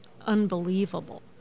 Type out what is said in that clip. unbelievable